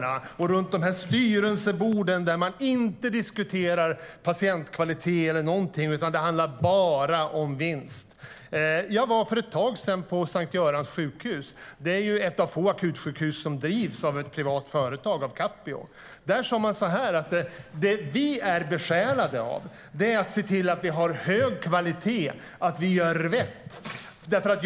Hon säger att man runt dessa styrelsebord inte diskuterar patientkvalitet och annat utan att det bara handlar om vinst. Jag var för ett tag sedan på Sankt Görans Sjukhus. Det är ett av få akutsjukhus som drivs av ett privat företag. Det drivs av Capio. Där sa man följande: Det som vi är besjälade av är att se till att vi har hög kvalitet och att vi gör rätt.